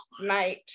night